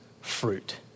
fruit